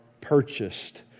purchased